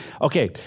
Okay